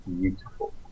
beautiful